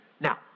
Now